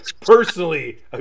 personally